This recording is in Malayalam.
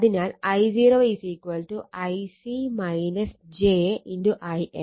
അതിനാൽ I0 Ic j Im